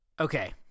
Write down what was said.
Okay